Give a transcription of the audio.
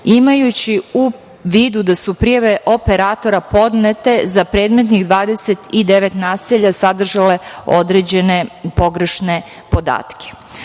imajući u vidu da su prijave operatora podnete za predmetnih 29 naselja sadržale određene pogrešne podatke.